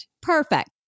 Perfect